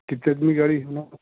کتنے آدمی گاڑی ہونا